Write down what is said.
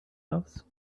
house